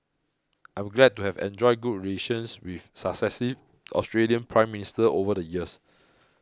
I am glad to have enjoyed good relations with successive Australian Prime Ministers over the years